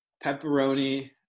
pepperoni